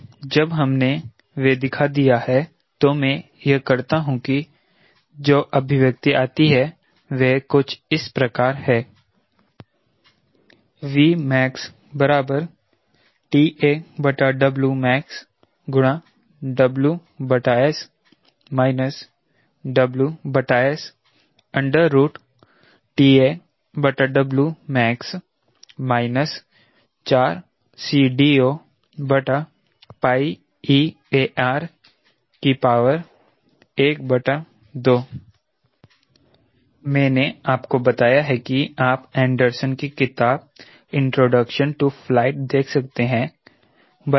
तो जब हमने वह दिखा दिया है तो मैं यह करता हूं कि जो अभिव्यक्ति आती है वह कुछ इस प्रकार है Vmax TAWmaxWS WS TWmax2 4CDOeAR 12 मैंने आपको बताया है कि आप एंडरसन की किताब इंट्रोडक्शन टू फ्लाइट देख सकते है